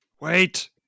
wait